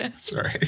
Sorry